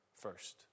first